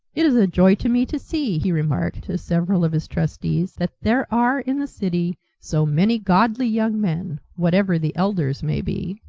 it is a joy to me to see, he remarked to several of his trustees, that there are in the city so many godly young men, whatever the elders may be.